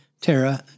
Tara